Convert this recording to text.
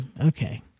Okay